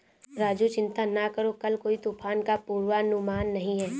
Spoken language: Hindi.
राजू चिंता ना करो कल कोई तूफान का पूर्वानुमान नहीं है